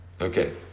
Okay